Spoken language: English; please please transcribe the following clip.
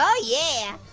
ah yeah,